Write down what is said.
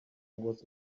was